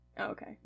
okay